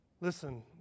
Listen